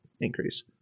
increase